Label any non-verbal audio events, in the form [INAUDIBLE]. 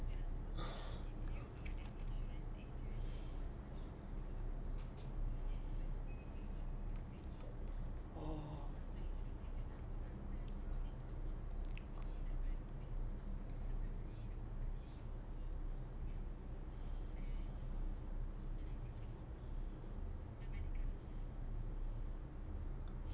[BREATH] oh